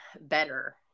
better